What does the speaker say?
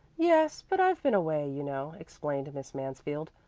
yes, but i've been away, you know, explained miss mansfield.